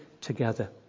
together